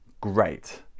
great